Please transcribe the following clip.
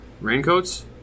Raincoats